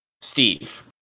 Steve